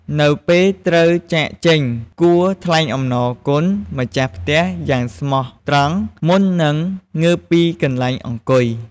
នៅពេលត្រូវចាកចេញ គួរថ្លែងអំណរគុណម្ចាស់ផ្ទះយ៉ាងស្មោះត្រង់ មុននឹងងើបពីកន្លែងអង្គុយ។